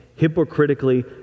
hypocritically